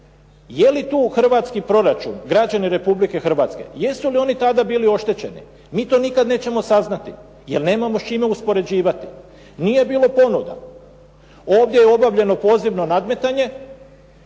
Je li to u hrvatski proračun građane Republike Hrvatske, jesu li oni tada bili oštećeni? Mi to nikada nećemo saznati jer nemamo s čime uspoređivati. Nije bilo ponuda. Ovdje je obavljeno pozivno nadmetanje,